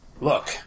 Look